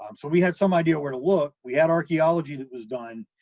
um so we had some idea where to look, we had archaeology that was done,